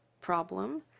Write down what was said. problem